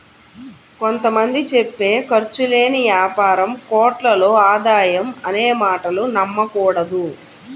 కొంత మంది చెప్పే ఖర్చు లేని యాపారం కోట్లలో ఆదాయం అనే మాటలు నమ్మకూడదు